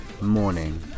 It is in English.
Morning